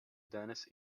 dennis